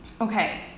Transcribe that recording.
okay